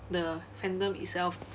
the fandom itself